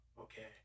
okay